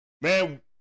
Man